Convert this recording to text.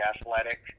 athletic